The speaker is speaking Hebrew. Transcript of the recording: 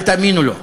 אל תאמינו לו.